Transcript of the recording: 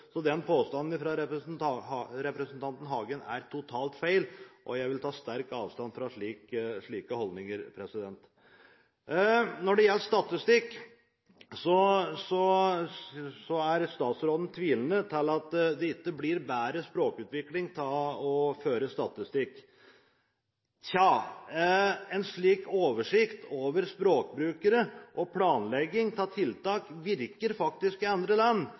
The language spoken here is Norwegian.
Så påstanden fra representanten Hagen er totalt feil, og jeg vil ta sterk avstand fra slike holdninger. Når det gjelder statistikk, er statsråden tvilende til at det blir bedre språkutvikling av å føre statistikk. Tja, en slik oversikt over språkbrukere og planlegging av tiltak virker faktisk i andre land,